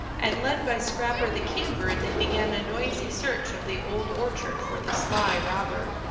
and led by scrapper the kingbird they began a noisy search of the old orchard for the sly robber.